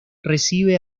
recibe